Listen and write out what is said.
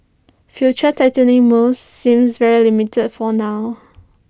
future tightening moves seems very limited for now